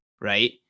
right